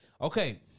Okay